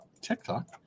TikTok